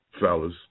fellas